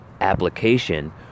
application